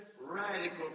radical